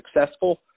successful